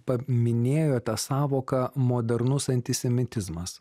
paminėjote sąvoką modernus antisemitizmas